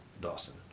Dawson